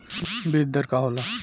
बीज दर का होला?